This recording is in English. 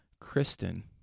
Kristen